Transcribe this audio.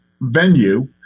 venue